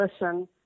listen